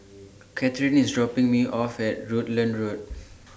Kathern IS dropping Me off At Rutland Road